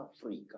Africa